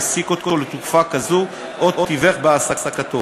העסיק אותו לתקופה כזאת או תיווך בהעסקתו.